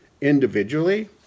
individually